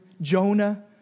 Jonah